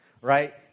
right